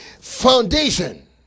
foundation